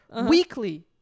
weekly